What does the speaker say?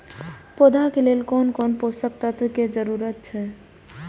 पौधा के लेल कोन कोन पोषक तत्व के जरूरत अइछ?